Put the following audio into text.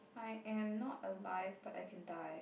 I am not alive but I can die